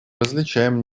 различаем